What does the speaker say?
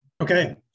Okay